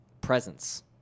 presence